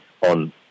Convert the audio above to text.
on